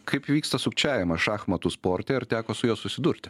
kaip vyksta sukčiavimas šachmatų sporte ar teko su juo susidurti